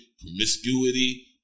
promiscuity